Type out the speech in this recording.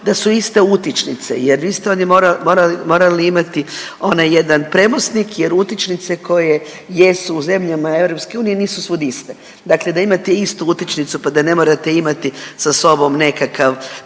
da su iste utičnice jer isto on je morao, morao, morali imati onaj jedan premosnik jer utičnice koje jesu u zemljama EU nisu svud iste, dakle da imate istu utičnicu, pa da ne morate imati sa sobom nekakav